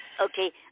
Okay